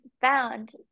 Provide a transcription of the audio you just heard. found